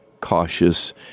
cautious